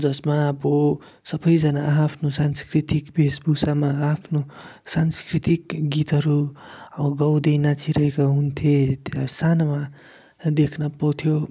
जसमा अब सबैजना आआफ्नो सांस्कृतिक वेशभुषामा आआफ्नो सांस्कृतिक गीतहरू गाउँदै नाचिरहेका हुन्थे त्यहाँ सानोमा देख्न पाउँथ्यो